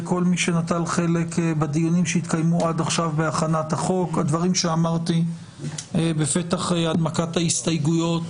ידי חבר הכנסת סעדי וחבר הכנסת רוטמן על ההסתייגויות